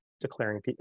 Declaring